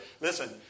listen